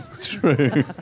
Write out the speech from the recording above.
true